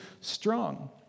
strong